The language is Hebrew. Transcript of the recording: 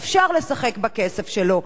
אפשר לשחק בכסף שלו.